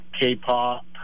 K-pop